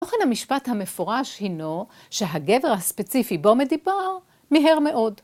תוכן המשפט המפורש הינו שהגבר הספציפי בו מדובר מיהר מאוד.